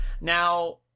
Now